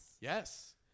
yes